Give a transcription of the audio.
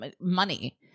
money